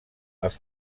els